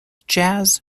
jazz